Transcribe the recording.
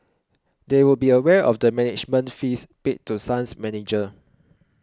they would be aware of the management fees paid to Sun's manager